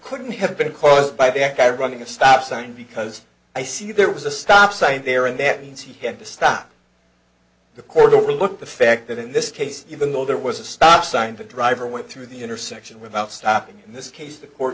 couldn't have been caused by back i running a stop sign because i see there was a stop sign there and that means he had to stop the court overlooked the fact that in this case even though there was a stop sign the driver went through the intersection without stopping in this case the court